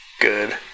good